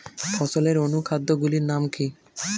ফসলের অনুখাদ্য গুলির নাম কি?